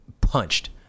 punched